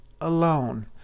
alone